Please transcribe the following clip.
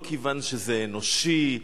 לא כיוון שזה אנושי,